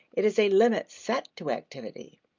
it is a limit set to activity.